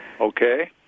Okay